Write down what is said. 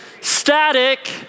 static